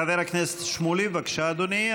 חבר הכנסת שמולי, בבקשה, אדוני.